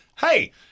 hey